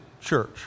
Church